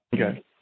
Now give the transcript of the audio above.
Okay